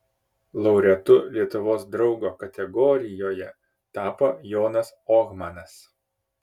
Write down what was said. laureatu lietuvos draugo kategorijoje tapo jonas ohmanas